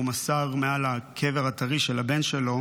והוא מסר מעל הקבר הטרי של הבן שלו